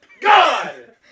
God